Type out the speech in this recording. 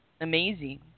amazing